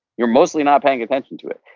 you're mostly not paying attention to it,